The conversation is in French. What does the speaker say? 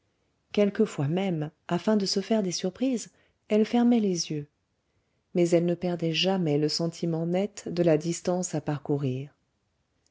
quelquefois même afin de se faire des surprises elle fermait les yeux mais elle ne perdait jamais le sentiment net de la distance à parcourir